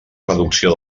reducció